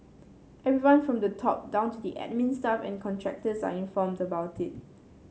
everyone from the top down to the admin staff and contractors are informed about it